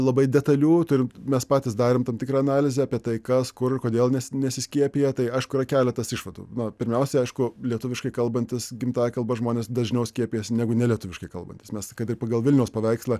labai detalių turim mes patys darėm tam tikrą analizę apie tai kas kur kodėl nesiskiepija tai aišku yra keletas išvadų na pirmiausia aišku lietuviškai kalbantis gimtąja kalba žmonės dažniau skiepijasi negu nelietuviškai kalbantys mes kad ir pagal vilniaus paveikslą